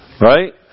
Right